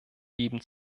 geben